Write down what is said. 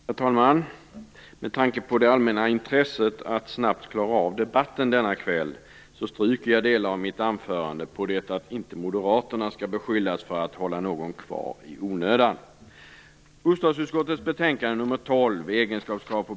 Herr talman! Med tanke på det allmänna intresset att snabbt klara av debatten denna kväll stryker jag delar av mitt anförande, på det att inte moderaterna skall beskyllas för att hålla någon kvar i onödan.